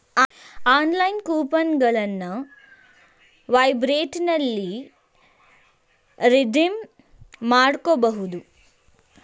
online coupon ಗಳನ್ನ ವೆಬ್ಸೈಟ್ನಲ್ಲಿ redeem ಮಾಡ್ಕೋಬಹುದು